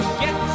get